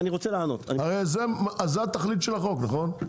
הרי זו התכלית של החוק, נכון?